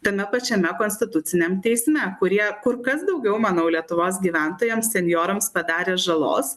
tame pačiame konstituciniam teisme kurie kur kas daugiau manau lietuvos gyventojams senjorams padarė žalos